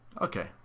Okay